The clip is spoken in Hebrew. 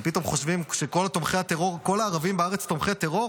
הם פתאום חושבים שכל הערבים בארץ תומכי טרור?